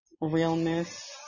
realness